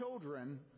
children